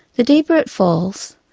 the deeper it falls,